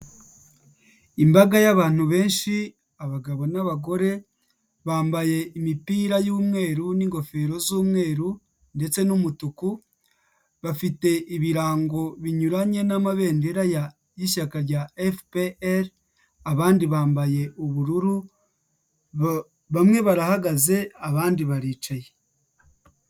Imbaga y'abantu benshi, abagabo n'abagore bambaye imipira y'umweru n'ingofero z'umweru ndetse n'umutuku bafite ibirango binyuranye n'amabendera y'ishyaka rya Efuperi abandi bambaye ubururu, bamwe barahagaze abandi baricaye.